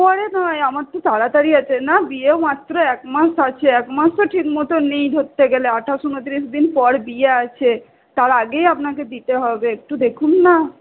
পরে নয় আমার তো তাড়াতাড়ি আছে না বিয়েও মাত্র একমাস আছে একমাসও ঠিক মোটেও নেই ধরতে গেলে আঠাশ উনত্রিশ দিন পর বিয়ে আছে তার আগেই আপনাকে দিতে হবে একটু দেখুন না